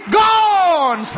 gone